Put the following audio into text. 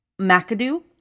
McAdoo